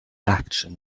action